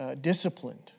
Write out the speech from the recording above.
disciplined